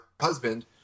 husband